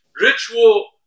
ritual